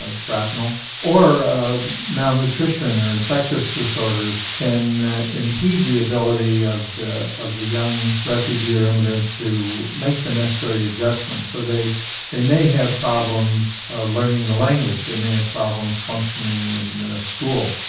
shrapnel or malnutrition, or infectious disorders can impede the ability of the of the young refugee or immigrant to make the necessary adjustments. so they they may have problems learning the language, they may have problems functioning in school.